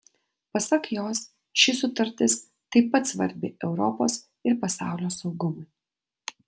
pasak jos ši sutartis taip pat svarbi europos ir pasaulio saugumui